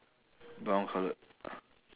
brown coloured